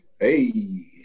Hey